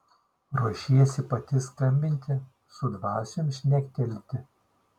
ruošiesi pati skambinti su dvasiom šnektelti